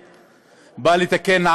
בסדר, טוב, הפרוטוקול רשם.